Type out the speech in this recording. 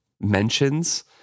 mentions